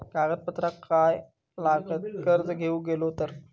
कागदपत्रा काय लागतत कर्ज घेऊक गेलो तर?